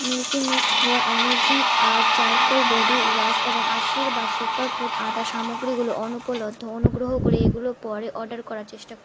milky mist khoya amazing earth charcoal body wash এবং Aashirvaad superfood atta সামগ্রীগুলো অনুপলব্ধ অনুগ্রহ করে এগুলো পরে অর্ডার করার চেষ্টা